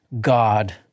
God